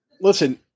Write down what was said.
listen